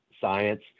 science